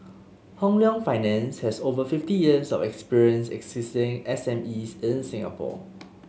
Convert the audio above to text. Hong Leong Finance has over fifty years of experience assisting SMEs in Singapore